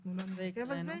אנחנו לא נתעכב על זה.